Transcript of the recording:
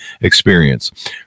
experience